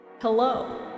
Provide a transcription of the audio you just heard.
Hello